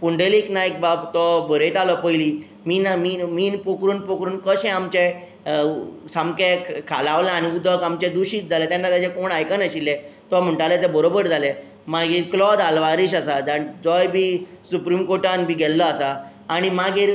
पुंडलिक नायक बाब तो बरयतालो पयलीं मिनानमिन पोखरून पोखरून कशें आमचें सामकें खालावला आनी उदक आमचे दुशित जालें तेन्ना ताजे कोण आयकनाशिल्ले तो म्हणटालो ते बरोबर जाले मागीर क्लोद आल्वारीश आसा जोय बी सुप्रिम कोर्टान बी गेल्लो आसा आनी मागीर